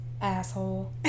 Asshole